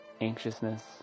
anxiousness